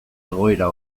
egoera